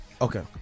Okay